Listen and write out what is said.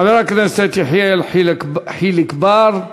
חבר הכנסת יחיאל חיליק בר,